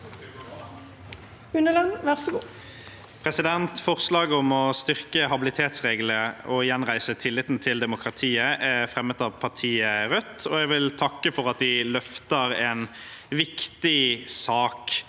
for saken): Forslaget om å styrke habilitetsreglene og gjenreise tilliten til demokratiet er fremmet av partiet Rødt, og jeg vil takke for at de løfter en viktig sak.